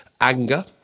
anger